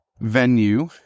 Venue